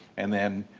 and then,